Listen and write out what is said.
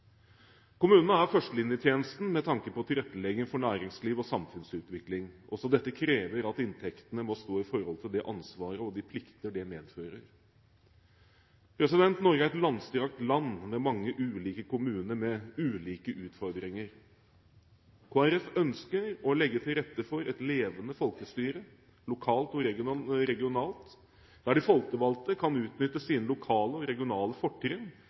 Kommunene er førstelinjetjenesten med tanke på tilrettelegging for næringsliv og samfunnsutvikling. Også dette krever at inntektene må stå i forhold til det ansvaret og de plikter det medfører. Norge er et langstrakt land med mange ulike kommuner med ulike utfordringer. Kristelig Folkeparti ønsker å legge til rette for et levende folkestyre lokalt og regionalt, der de folkevalgte kan utnytte sine lokale og regionale fortrinn